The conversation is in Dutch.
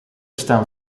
staan